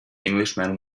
englishman